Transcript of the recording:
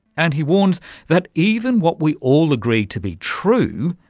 and he warns that even what we all agree to be true,